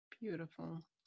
beautiful